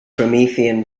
promethean